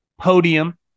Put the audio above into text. podium